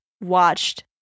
watched